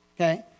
Okay